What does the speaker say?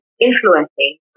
influencing